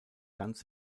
ganz